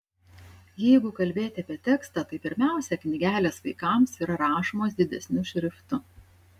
jeigu kalbėti apie tekstą tai pirmiausia knygelės vaikams yra rašomos didesniu šriftu